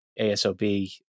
ASOB